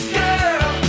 girl